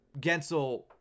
Gensel